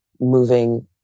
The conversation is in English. moving